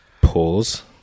Pause